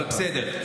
אבל בסדר.